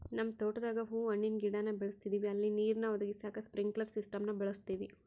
ನಮ್ ತೋಟುದಾಗ ಹೂವು ಹಣ್ಣಿನ್ ಗಿಡಾನ ಬೆಳುಸ್ತದಿವಿ ಅಲ್ಲಿ ನೀರ್ನ ಒದಗಿಸಾಕ ಸ್ಪ್ರಿನ್ಕ್ಲೆರ್ ಸಿಸ್ಟಮ್ನ ಬಳುಸ್ತೀವಿ